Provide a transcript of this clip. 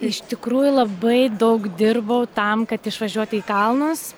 iš tikrųjų labai daug dirbau tam kad išvažiuoti į kalnus